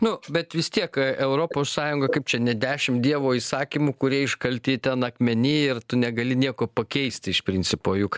nu bet vis tiek europos sąjungoj kaip čia ne dešimt dievo įsakymų kurie iškalti ten akmeny ir tu negali nieko pakeisti iš principo juk